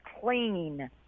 clean